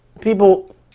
people